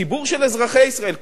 ציבור של אזרחי ישראל,